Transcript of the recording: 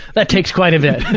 that takes quite a bit. but